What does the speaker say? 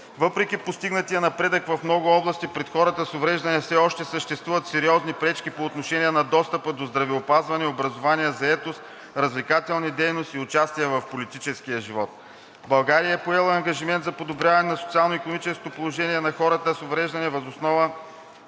Въпреки постигнатия напредък в много области пред хората с увреждания все още съществуват сериозни пречки по отношение на достъпа до здравеопазване, образование, заетост, развлекателни дейности и участие в политическия живот. България е поела ангажимент за подобряване на социалното и икономическото положение на хората с увреждания въз основа